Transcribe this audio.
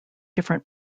different